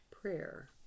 prayer